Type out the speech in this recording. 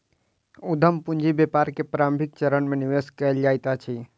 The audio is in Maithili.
उद्यम पूंजी व्यापार के प्रारंभिक चरण में निवेश कयल जाइत अछि